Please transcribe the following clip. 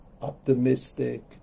optimistic